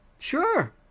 Sure